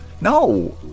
No